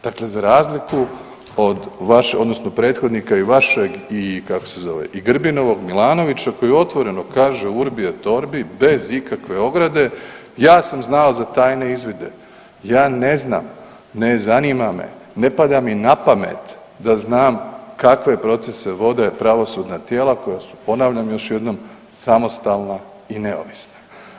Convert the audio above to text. Dakle, za razliku od prethodnika i vašeg i kako se zove i Grbinovog Milanovića koji otvoreno kaže Urbi et orbi bez ikakve ograde, ja sam znao za tajne izvide, ja ne znam ne zanima me, ne pada mi napamet da znam kakve procese vode pravosudna tijela koja su ponavljam još jednom samostalna i neovisna.